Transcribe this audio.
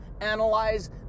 analyze